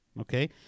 okay